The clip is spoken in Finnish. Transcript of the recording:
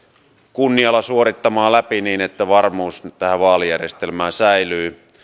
kunnialla suorittamaan läpi niin että varmuus tähän vaalijärjestelmään säilyy